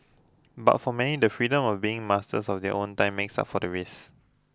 but for many the freedom of being master of their own time makes up for the risk